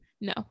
no